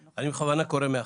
בכוונה אומר מהכתב,